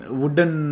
wooden